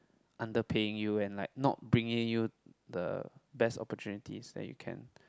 underpaying you and like not bringing you the best opportunities that you can